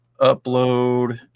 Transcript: upload